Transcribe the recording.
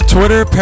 Twitter